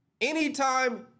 Anytime